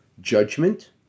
judgment